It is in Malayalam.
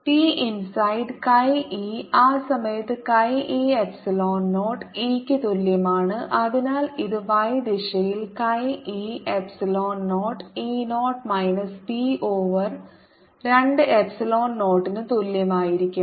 പി ഇൻസൈഡ് chi e ആ സമയത്ത് chi e എപ്സിലോൺ 0 ഇ ക്ക് തുല്യമാണ് അതിനാൽ ഇത് y ദിശയിൽ chi e epsilon 0 E 0 minus P over 2 epsilon 0 ന് തുല്യമായിരിക്കും